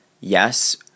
yes